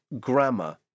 grammar